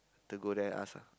later go there ask ah